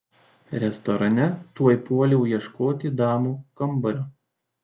restorane tuoj puoliau ieškoti damų kambario